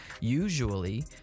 Usually